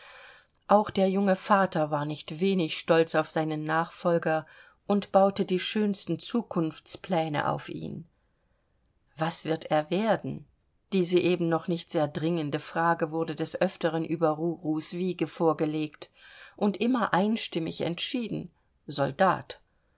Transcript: auch der junge vater war nicht wenig stolz auf seinen nachfolger und baute die schönsten zukunftspläne auf ihn was wird er werden diese eben noch nicht sehr dringende frage wurde des öfteren über rurus wiege vorgelegt und immer einstimmig entschieden soldat